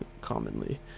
commonly